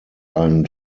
ein